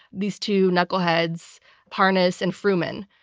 these two knuckleheads parnas and fruman.